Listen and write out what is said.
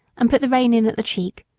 and put the rein in at the cheek.